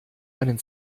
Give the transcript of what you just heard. einen